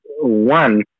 one